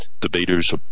debaters